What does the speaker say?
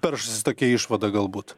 peršasi tokia išvada galbūt